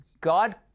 God